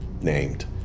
named